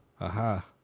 Aha